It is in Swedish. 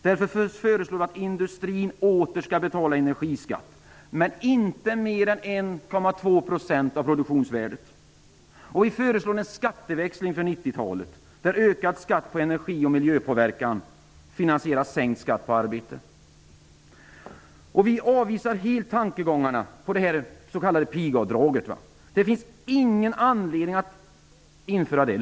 Vi föreslår att industrin åter skall betala energiskatt, men inte mer än 1,2 % av produktionsvärdet. Vi föreslår en skatteväxling för 1990-talet, där ökad skatt på energi och miljöpåverkan finansierar sänkt skatt på arbete. Vi avvisar helt tankarna på det s.k. pigavdraget. Det finns ingen anledning att införa det.